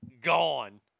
Gone